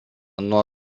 nuo